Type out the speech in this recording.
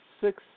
six